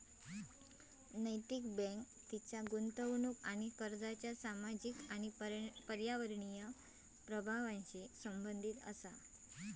नैतिक बँक तिच्या गुंतवणूक आणि कर्जाच्या सामाजिक आणि पर्यावरणीय प्रभावांशी संबंधित असा